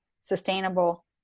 sustainable